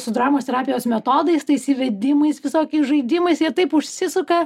su dramos terapijos metodais tais įvedimais visokiais žaidimais jie taip užsisuka